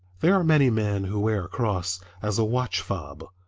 there are many men who wear a cross as a watch fob.